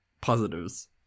positives